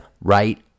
right